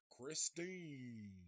Christine